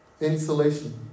Insulation